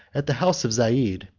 at the house of zeid,